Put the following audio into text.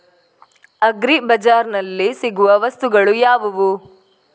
Agri ಬಜಾರ್ನಲ್ಲಿ ಸಿಗುವ ವಸ್ತುಗಳು ಯಾವುವು?